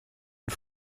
und